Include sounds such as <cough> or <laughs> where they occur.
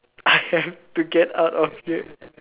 <laughs> to get out of here